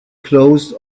closed